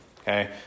okay